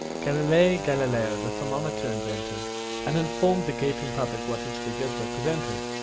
galilei galileo the thermometer invented and informed the gaping public what its figures represented.